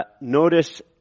notice